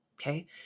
Okay